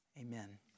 Amen